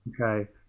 Okay